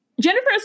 Jennifer